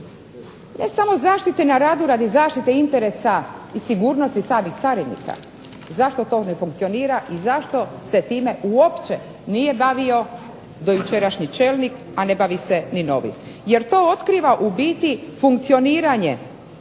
ne samo zaštite na radu radi zaštite interesa i sigurnosti samih carinika, zašto to ne funkcionira i zašto se time uopće nije bavio dojučerašnji čelnik, a ne bavi se ni novi. Jer to otkriva u biti funkcioniranje